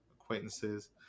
acquaintances